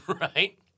Right